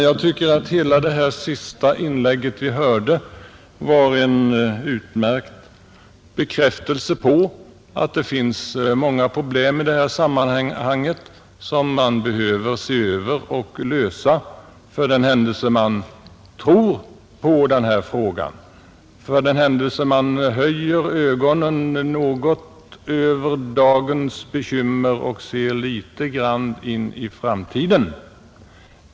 Jag tycker att hela fru Sigurdsens inlägg var en utmärkt bekräftelse på att det finns många problem i detta sammanhang som behöver ses över och lösas — för den händelse man tror på den här tanken, för den händelse man lyfter blicken något över dagens bekymmer och ser litet in i framtiden.